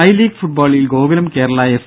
ദേദ ഐലീഗ് ഫുട്ബോളിൽ ഗോകുലം കേരള എഫ്